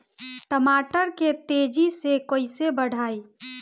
टमाटर के तेजी से कइसे बढ़ाई?